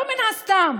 לא סתם